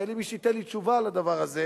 ואין לי מי שייתן לי תשובה על הדבר הזה,